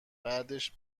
بعدش